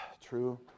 True